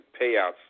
payouts